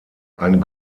ein